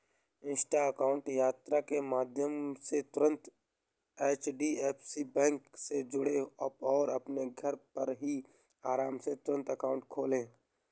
Insta account यात्रा के माध्यम से तुरंत एच.डी.एफ.सी बैंक से जुड़ें और अपने घर पर ही आराम से तुरंत अकाउंट खोले